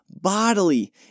bodily